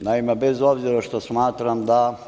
zahtev, bez obzira što smatram da